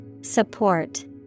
Support